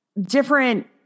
different